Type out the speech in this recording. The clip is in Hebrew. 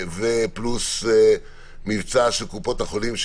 פלוס המבצע של קופות החולים,